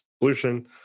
solution